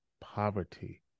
poverty